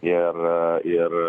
ir ir